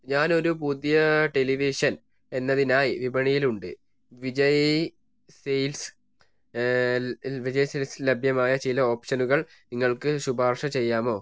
ഞാൻ ഒരു പുതിയ ടെലിവിഷൻ എന്നതിനായി വിപണിയിലുണ്ട് വിജയ് സെയിൽസ് വിജയ് സെയിൽസിൽ ലഭ്യമായ ചില ഓപ്ഷനുകൾ നിങ്ങൾക്ക് ശുപാർശ ചെയ്യാമോ